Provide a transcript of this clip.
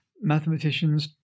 mathematicians